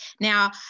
Now